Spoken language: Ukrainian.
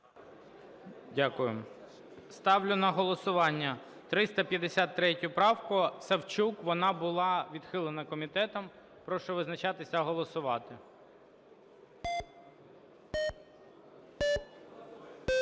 Дякую. Ставлю на голосування 353 правку Савчук, вона була відхилена комітетом. Прошу визначатися і голосувати.